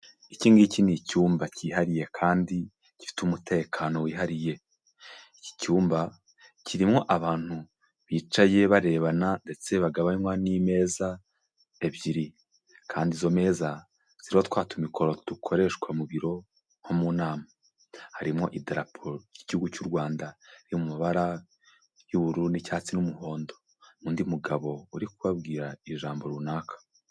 Iki ngiki ni icyumba cyihariye kandi gifite umutekano wihariye. Iki cyumba kirimo abantu bicaye barebana ndetse bagabanywa n'imeza ebyiri kandi izo meza ziriho twa tumikoro dukoreshwa mu biro nko mu nama, harimo idaraporo ry'igihugu cy'u Rwanda yo mubara y'ubururu n'icyatsi n'umuhondo. Undi mugabo uri kubabwira ijambo runaka.